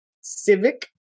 Civic